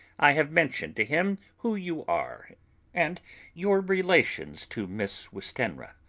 i have mentioned to him who you are and your relations to miss westenra.